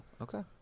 Okay